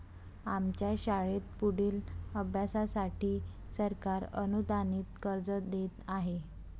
आमच्या शाळेत पुढील अभ्यासासाठी सरकार अनुदानित कर्ज देत आहे